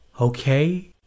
Okay